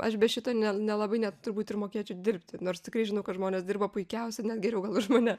aš be šito ne nelabai net turbūt ir mokėčiau dirbti nors tikrai žinau kad žmonės dirba puikiausiai net geriau už mane